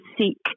seek